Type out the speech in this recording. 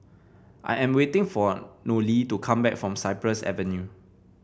I am waiting for Nolie to come back from Cypress Avenue